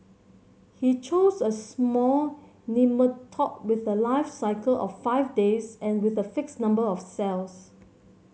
he chose a small nematode with a life cycle of five days and with a fixed number of cells